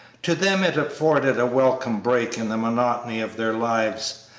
to them it afforded a welcome break in the monotony of their lives,